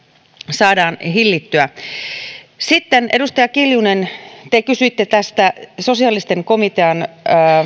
saadaan hillittyä edustaja kiljunen te kysyitte tästä sosiaalisten oikeuksien komitean